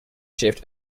shift